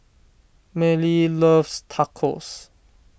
Millie loves Tacos